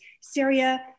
Syria